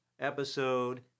episode